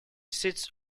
sits